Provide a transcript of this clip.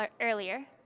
earlier